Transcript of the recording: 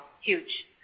huge